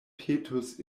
petus